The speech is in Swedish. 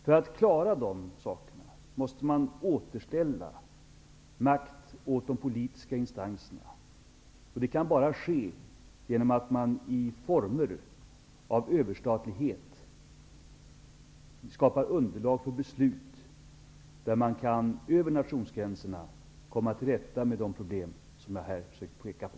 För att klara de sakerna måste man återställa makt åt de politiska instanserna, och det kan bara ske genom att man i former av överstatlighet skapar underlag för beslut där man kan över nationsgränserna komma till rätta med de problem som jag här har försökt peka på.